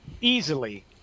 easily